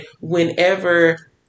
whenever